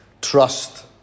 trust